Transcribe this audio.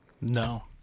No